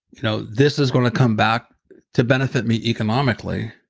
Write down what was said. you know this is going to come back to benefit me economically.